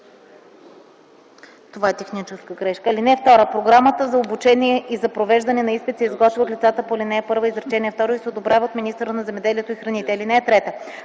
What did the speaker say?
Това е техническа грешка. „(2) Програмата за обучение и за провеждане на изпит се изготвя от лицата по ал. 1, изречение второ и се одобрява от министъра на земеделието и храните. (3)